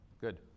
Good